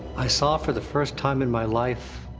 i saw for the first time in my life,